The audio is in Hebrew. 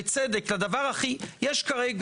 בצדק --- משפט.